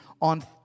on